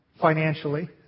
financially